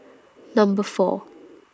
Number four